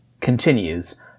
continues